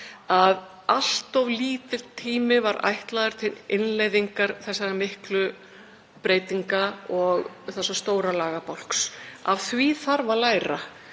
að allt of lítill tími var ætlaður til innleiðingar þessara miklu breytinga og þessa stóra lagabálks. Af því þarf að læra.